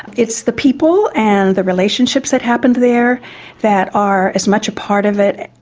it's the people and the relationships that happened there that are as much a part of it,